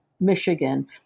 Michigan